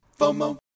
FOMO